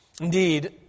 Indeed